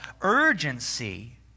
urgency